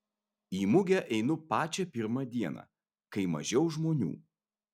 į mugę einu pačią pirmą dieną kai mažiau žmonių